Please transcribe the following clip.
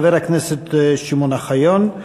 חבר הכנסת שמעון אוחיון,